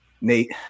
Nate